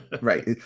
Right